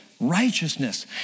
righteousness